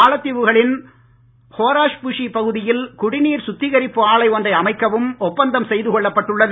மாலத்தீவுகளின் ஹோராஃபுஷி பகுதியில் குடிநீர் சுத்திகரிப்பு ஆலை ஒன்றை அமைக்கவும் ஒப்பந்தம் செய்து கொள்ளப்பட்டுள்ளது